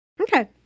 Okay